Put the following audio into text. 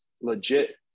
legit